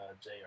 JR